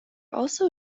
also